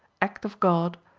act of god,